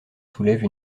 soulève